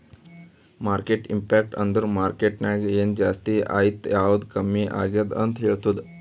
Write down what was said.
market impact ಅಂದುರ್ market ನಾಗ್ ಎನ್ ಜಾಸ್ತಿ ಆಯ್ತ್ ಯಾವ್ದು ಕಮ್ಮಿ ಆಗ್ಯಾದ್ ಅಂತ್ ಹೇಳ್ತುದ್